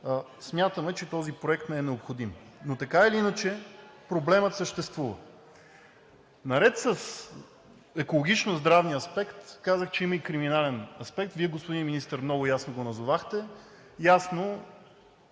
смятаме, че този проект не е необходим. Но така или иначе проблемът съществува. Наред с екологично-здравния аспект, казах, че има и криминален аспект. Вие, господин Министър, много ясно го назовахте. Има